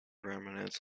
remnants